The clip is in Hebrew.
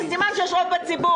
זה סימן שיש רוב בציבור.